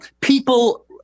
People